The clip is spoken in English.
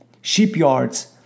shipyards